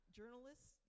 journalists